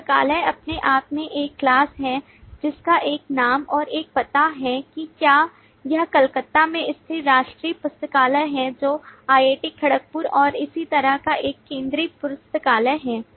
पुस्तकालय अपने आप में एक class है जिसका एक नाम और एक पता है कि क्या यह कलकत्ता में स्थित राष्ट्रीय पुस्तकालय है जो IIT खड़गपुर और इसी तरह का एक केंद्रीय पुस्तकालय है